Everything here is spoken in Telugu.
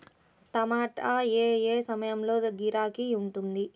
టమాటా ఏ ఏ సమయంలో గిరాకీ ఉంటుంది?